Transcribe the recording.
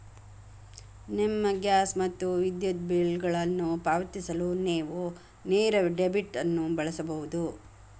ನಿಮ್ಮ ಗ್ಯಾಸ್ ಮತ್ತು ವಿದ್ಯುತ್ ಬಿಲ್ಗಳನ್ನು ಪಾವತಿಸಲು ನೇವು ನೇರ ಡೆಬಿಟ್ ಅನ್ನು ಬಳಸಬಹುದು